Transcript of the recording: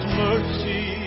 mercy